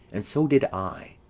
and so did i.